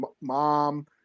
mom